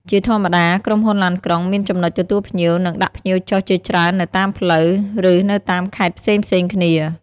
ជាធម្មតា ក្រុមហ៊ុនឡានក្រុងមានចំណុចទទួលភ្ញៀវ និងដាក់ភ្ញៀវចុះជាច្រើននៅតាមផ្លូវ ឬនៅតាមខេត្តផ្សេងៗគ្នា។